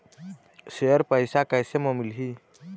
Share पैसा कैसे म मिलही?